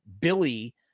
Billy